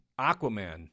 Aquaman